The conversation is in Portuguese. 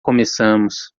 começamos